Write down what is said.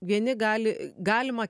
vieni gali galima